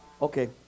Okay